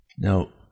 Now